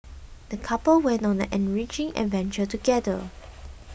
the couple went on an enriching adventure together